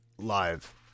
live